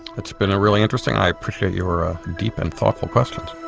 it's been really interesting, i appreciate your ah deep and thoughtful questions.